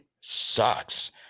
sucks